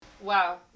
wow